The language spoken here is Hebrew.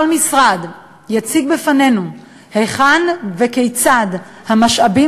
כל משרד יציג בפנינו היכן וכיצד המשאבים